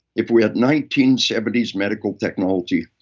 if we had nineteen seventy s medical technology,